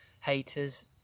haters